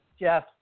Jeff